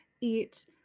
eat